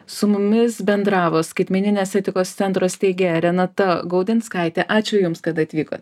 su mumis bendravo skaitmeninės etikos centro steigėja renata gaudinskaitė ačiū jums kad atvykot